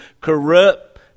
corrupt